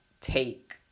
take